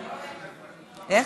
נגד.